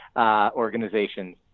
organizations